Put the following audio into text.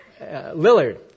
Lillard